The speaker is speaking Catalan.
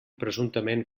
presumptament